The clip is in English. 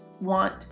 want